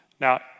Now